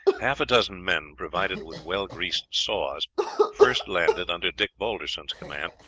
half a dozen men provided with well greased saws first landed under dick balderson's command,